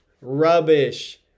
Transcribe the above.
rubbish